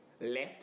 left